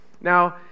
Now